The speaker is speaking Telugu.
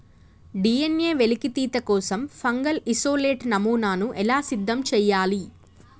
డి.ఎన్.ఎ వెలికితీత కోసం ఫంగల్ ఇసోలేట్ నమూనాను ఎలా సిద్ధం చెయ్యాలి?